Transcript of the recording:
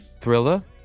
thriller